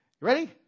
Ready